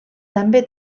també